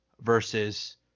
versus